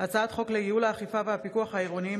הצעת חוק לייעול האכיפה והפיקוח העירוניים